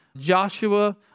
Joshua